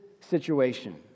situation